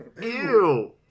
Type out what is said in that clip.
Ew